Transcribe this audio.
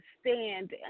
stand